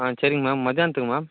ஆ சரிங்க மேம் மத்தியானத்துக்கு மேம்